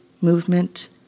movement